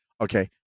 Okay